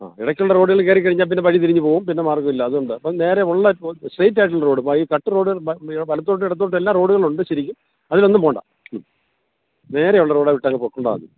ആ ഇടയ്ക്കുള്ള റോഡുകൾ കയറി കഴിഞ്ഞാൽ പിന്നെ വഴി തിരിഞ്ഞു പോകും പിന്നെ മാർഗ്ഗമില്ല അത് കൊണ്ടാണ് അപ്പം നേരെയുള്ള സ്ട്രെയിറ്റ് ആയിട്ടുള്ള റോഡിൽ കട്ട് റോഡുകൾ മ വലത്തോട്ട് ഇടത്തോട്ട് എല്ലാം റോഡുകളുണ്ട് ശരിക്കും അതിലൊന്നും പോവേണ്ട ഉം നേരെയുള്ള റോഡ് വിട്ടങ്ങ് പോയിക്കൊണ്ടാൽ മതി